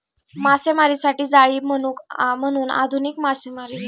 मासेमारीसाठी जाळी म्हणून आधुनिक मासेमारी रेषा वापरल्या जातात